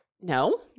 No